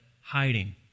hiding